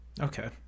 Okay